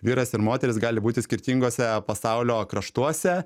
vyras ir moteris gali būti skirtinguose pasaulio kraštuose